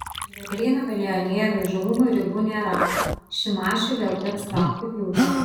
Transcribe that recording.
žvėryno milijonierių įžūlumui ribų nėra šimašiui vėl teks traukti pjūklą